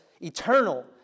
eternal